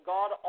God